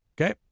Okay